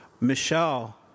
Michelle